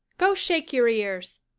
go shake your ears.